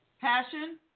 Passion